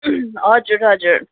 हजुर हजुर